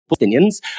Palestinians